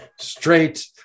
Straight